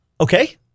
Okay